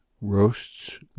Roasts